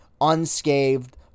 unscathed